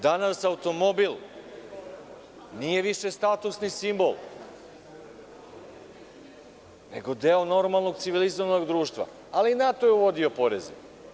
Danas automobil nije više statusni simbol, nego deo normalnog civilizovanog društva, ali i na to je uvodio poreze.